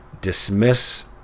dismiss